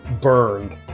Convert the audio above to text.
burned